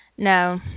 No